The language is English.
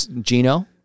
Gino